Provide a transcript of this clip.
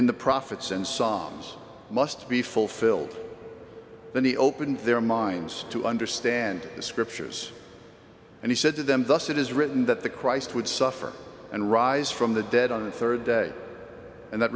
in the prophets and psalms must be fulfilled then he opened their minds to understand the scriptures and he said to them thus it is written that the christ would suffer and rise from the dead on the third day and that